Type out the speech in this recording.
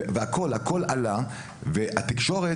והכול עלה והתקשורת,